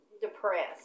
depressed